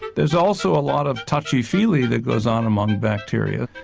there's also a lot of touchy feely that goes on among bacteria,